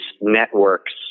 networks